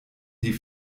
die